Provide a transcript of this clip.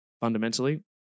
fundamentally